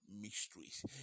mysteries